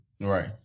Right